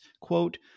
quote